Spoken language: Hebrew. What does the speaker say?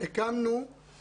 ושוב תודות למשרד החינוך,